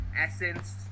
Essence